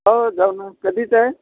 हो जाऊ ना कधीचं आहे